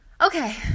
Okay